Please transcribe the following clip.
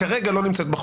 כרגע לא נמצאת בחוק.